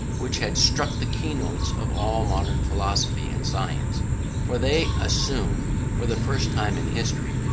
which had struck the keynotes of all modern philosophy and science for they assumed, for the first time in history,